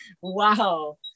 wow